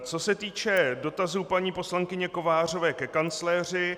Co se týče dotazů paní poslankyně Kovářové ke kancléři.